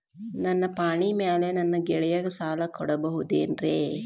ನನ್ನ ಪಾಣಿಮ್ಯಾಲೆ ನನ್ನ ಗೆಳೆಯಗ ಸಾಲ ಕೊಡಬಹುದೇನ್ರೇ?